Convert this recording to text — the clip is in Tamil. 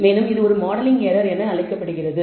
மேலும் இது ஒரு மாடலிங் எரர் என்று அழைக்கப்படுகிறது